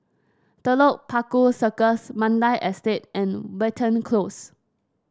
Telok Paku Circus Mandai Estate and Watten Close